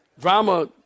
Drama